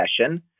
session